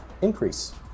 increase